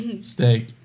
steak